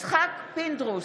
יצחק פינדרוס,